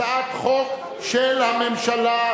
הצעת חוק של הממשלה.